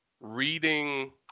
reading